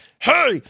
Hey